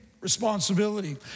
responsibility